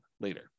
later